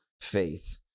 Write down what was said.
faith